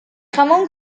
jamón